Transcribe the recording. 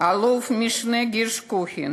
אלוף-משנה גירש קוכין,